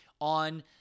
on